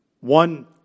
One